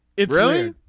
it really.